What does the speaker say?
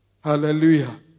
Hallelujah